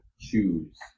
choose